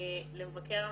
למבקר המדינה.